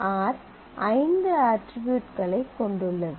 r ஐந்து அட்ரிபியூட்களைக் கொண்டுள்ளது